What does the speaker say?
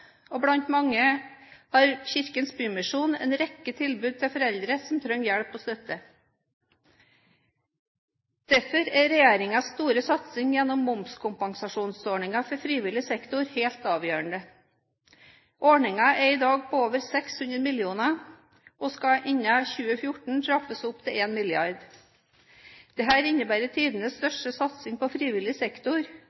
og blant mange har Kirkens Bymisjon en rekke tilbud til foreldre som trenger hjelp og støtte. Derfor er regjeringens store satsing gjennom momskompensasjonsordningen for frivillig sektor helt avgjørende. Ordningen er i dag på over 600 mill. kr, og skal innen 2014 trappes opp til 1 mrd. kr. Dette innebærer tidenes